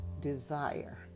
desire